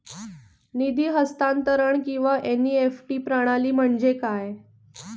निधी हस्तांतरण किंवा एन.ई.एफ.टी प्रणाली म्हणजे काय?